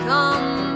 Come